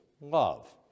love